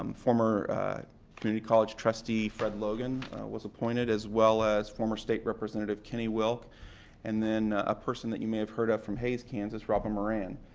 um former community college trustee fred logan was appointed, as well as former state representative kenny wilk and then a person you may have heard of from hayes, kansas robert moran.